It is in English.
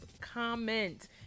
comment